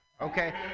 okay